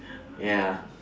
ya